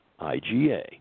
IGA